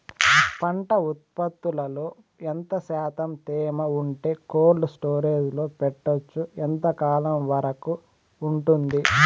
పంట ఉత్పత్తులలో ఎంత శాతం తేమ ఉంటే కోల్డ్ స్టోరేజ్ లో పెట్టొచ్చు? ఎంతకాలం వరకు ఉంటుంది